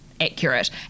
accurate